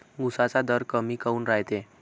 उसाचा दर खूप कमी काऊन रायते?